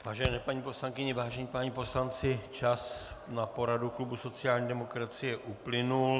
Vážené paní poslankyně, vážení páni poslanci, čas na poradu klubu sociální demokracie uplynul.